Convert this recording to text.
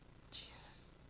Jesus